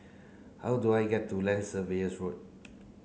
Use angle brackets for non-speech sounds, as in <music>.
how do I get to Land Surveyors <unintelligible>